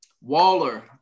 Waller